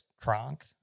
Kronk